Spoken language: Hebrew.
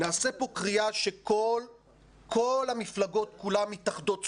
נעשה פה קריאה שכל המפלגות כולן מתאחדות סביבה,